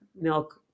milk